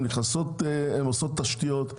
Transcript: הם עושים תשתיות,